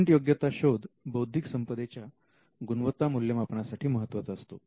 पेटंटयोग्यता शोध बौद्धिक संपदेच्या गुणवत्ता मूल्यमापनासाठी महत्त्वाचा असतो